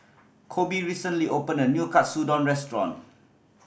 Koby recently opened a new Katsudon Restaurant